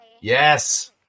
Yes